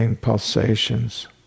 Pulsations